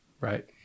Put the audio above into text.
Right